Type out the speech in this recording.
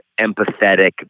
empathetic